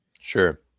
Sure